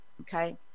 Okay